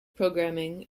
programming